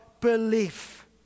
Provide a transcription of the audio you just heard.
belief